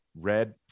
red